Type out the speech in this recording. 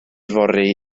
fory